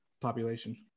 population